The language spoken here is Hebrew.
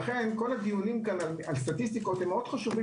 לכן כל הדיונים פה על סטטיסטיקות הם מאוד חשובים